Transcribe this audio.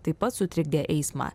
taip pat sutrikdė eismą